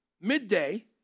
midday